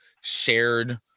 shared